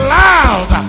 loud